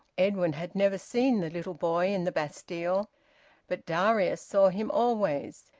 edwin had never seen the little boy in the bastille. but darius saw him always,